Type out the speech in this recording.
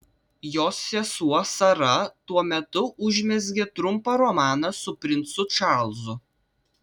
jos sesuo sara tuo metu užmezgė trumpą romaną su princu čarlzu